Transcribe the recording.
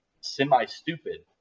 semi-stupid